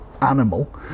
animal